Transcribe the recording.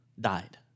died